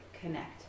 connect